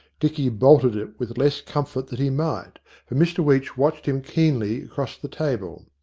dicky bolted it with less com fort than he might, for mr weech watched him keenly across the table.